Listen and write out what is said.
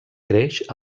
creix